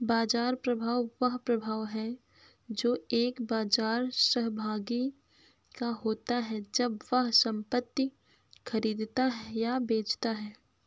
बाजार प्रभाव वह प्रभाव है जो एक बाजार सहभागी का होता है जब वह संपत्ति खरीदता या बेचता है